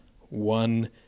one